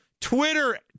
Twitter